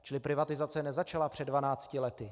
Čili privatizace nezačala před dvanácti lety.